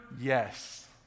Yes